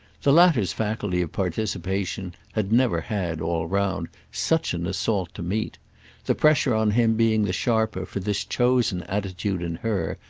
the latter's faculty of participation had never had, all round, such an assault to meet the pressure on him being the sharper for this chosen attitude in her,